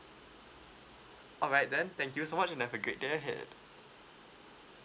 alright then thank you so much and have a great day ahead